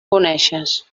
coneixes